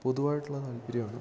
പൊതുവായിട്ടുള്ള താത്പര്യമാണ്